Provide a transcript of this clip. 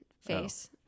face